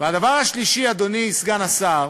והדבר השלישי, אדוני סגן השר,